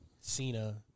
Cena